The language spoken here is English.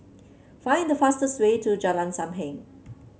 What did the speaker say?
find the fastest way to Jalan Sam Heng